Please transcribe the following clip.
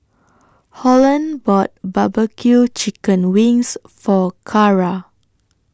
Holland bought Barbecue Chicken Wings For Cara